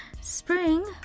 spring